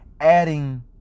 Adding